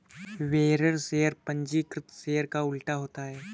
bearer share पंजीकृत share का उल्टा होता है